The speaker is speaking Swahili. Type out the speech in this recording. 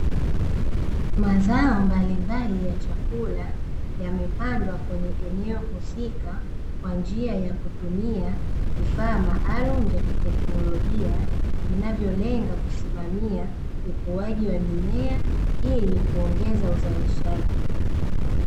Mazao mbalimbali ya chakula yamepandwa kwenye eneo husika kwa njia ya kutumia vifaa maalumu vya kitenologia vinavyolenga kusimamia ukuwaji wa mimea ilikuongeza ualishaji.